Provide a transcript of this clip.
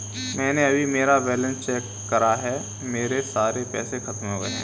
मैंने अभी मेरा बैलन्स चेक करा है, मेरे सारे पैसे खत्म हो गए हैं